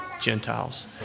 Gentiles